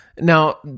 now